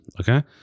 okay